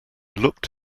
looked